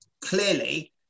Clearly